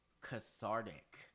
cathartic